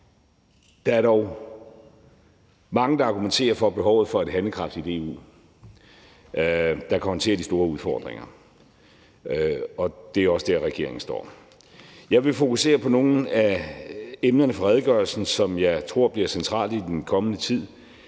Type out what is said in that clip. Der er dog mange, der argumenterer for behovet for et handlekraftigt EU, der kan håndtere de store udfordringer, og det er også der, regeringen står. Jeg vil fokusere på nogle af emnerne i redegørelsen, som jeg tror bliver centrale i den kommende tid: